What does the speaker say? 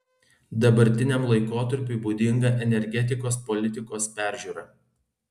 dabartiniam laikotarpiui būdinga energetikos politikos peržiūra